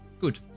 Good